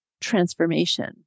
transformation